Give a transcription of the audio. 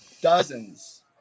dozens